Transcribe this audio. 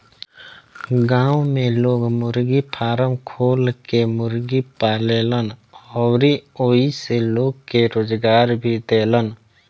गांव में लोग मुर्गी फारम खोल के मुर्गी पालेलन अउरी ओइसे लोग के रोजगार भी देलन